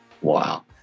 Wow